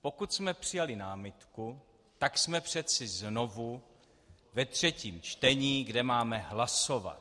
Pokud jsme přijali námitku, tak jsme přece znovu ve třetím čtení, kde máme hlasovat.